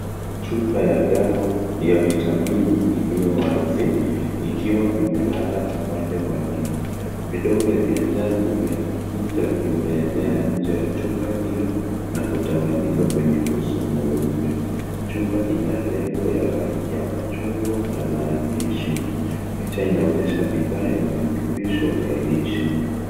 Chupa ya dawa ya vitamini iliyo wazi, ikiwa imelala upande wake. Vidonge vya njano vya Mafuta vimeenea nje ya chupa hiyo na kutawanyika kwenye guzo mweupe. Chupa ina lebo ya rangi ya machungwa na maandishi. Picha inaonyesha bidhaa ya virutubishi vya lishe.